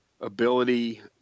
ability